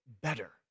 better